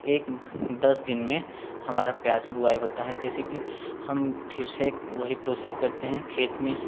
एक दस दिन में हमारा प्याज बुआई होता है जैसे कि हम फिर से वही प्रोसेस करते हैं खेत में